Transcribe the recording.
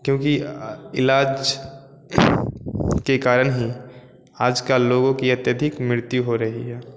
क्योंकि इलाज के कारण ही आज कल लोगों की अत्यधिक मृत्यु हो रही है